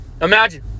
Imagine